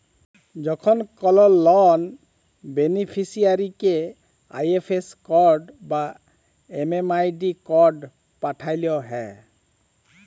যখন কল লন বেনিফিসিরইকে আই.এফ.এস কড বা এম.এম.আই.ডি কড পাঠাল হ্যয়